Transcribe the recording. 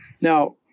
Now